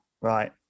Right